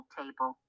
table